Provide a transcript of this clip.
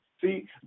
See